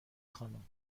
خانم